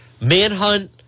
manhunt